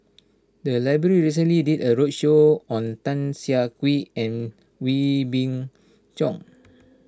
the library recently did a roadshow on Tan Siah Kwee and Wee Beng Chong